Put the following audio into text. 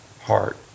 heart